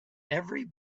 every